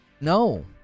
No